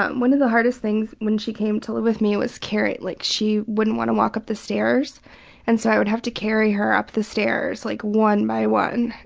um one of the hardest things when she came to live with me was carrying her. like she wouldn't want to walk up the stairs and so i'd have to carry her up the stairs like one by one.